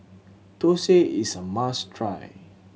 thosai is a must try